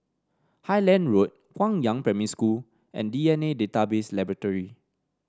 Highland Road Guangyang Primary School and D N A Database Laboratory